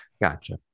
Gotcha